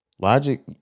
Logic